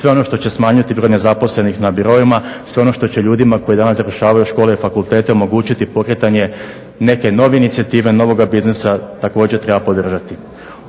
Sve ono što će smanjiti broj nezaposlenih na biroima, sve ono što će ljudima koji danas završavaju škole i fakultete omogućiti pokretanje neke nove inicijative, novoga biznisa također treba podržati.